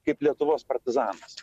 kaip lietuvos partizanas